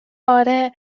آره